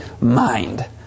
mind